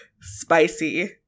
Spicy